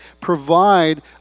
provide